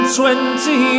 twenty